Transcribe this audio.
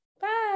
Bye